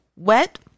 wet